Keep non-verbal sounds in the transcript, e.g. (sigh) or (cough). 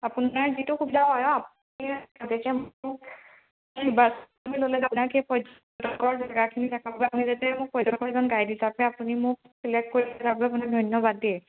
আপোনাৰ যিটো সুবিধা হয় অঁ গতিকে (unintelligible) ল'লে আপোনাক পৰ্যটকৰ জেগাখিনি থাকক বা আপুনি যাতে মোক পৰ্যটকৰ এজন গাইড হিচাপে আপুনি মোক ছিলেক্ট কৰিলে আপোনাক মানে ধন্যবাদ দেই